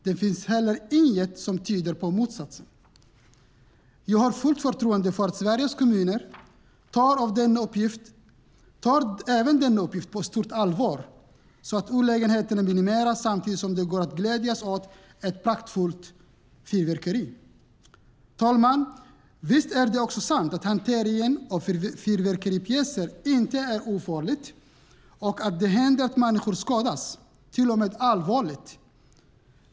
Det finns heller inget som tyder på motsatsen. Jag har fullt förtroende för att Sveriges kommuner tar även denna uppgift på stort allvar, så att olägenheterna minimeras samtidigt som det går att glädjas åt ett praktfullt fyrverkeri. Herr talman! Visst är det sant att hanteringen av fyrverkeripjäser inte är ofarlig och att det händer att människor skadas - till och med allvarligt.